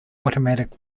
automatic